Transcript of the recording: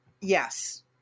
yes